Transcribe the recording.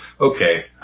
Okay